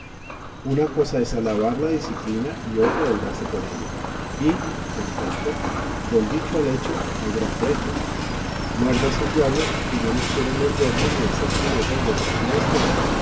una cosa es alabar la disciplina y otra el darse con ella y en efeto del dicho al hecho hay gran trecho muérdase el diablo que yo no quiero morderme ni hacer finezas detrás de una estera